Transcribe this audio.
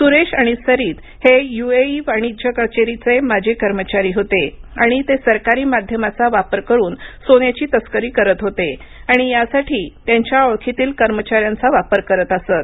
सुरेश आणि सरित हे युएई वाणिज्य कचेरीचे माजी कर्मचारी होते आणि ते सरकारी माध्यमाचा वापर करुन सोन्याची तस्करी करत होते आणि यासाठी त्यांच्या ओळखीतील कर्मचाऱ्यांचा वापर करत असत